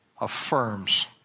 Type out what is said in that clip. affirms